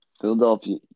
Philadelphia